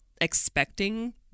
expecting